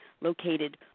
located